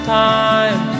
time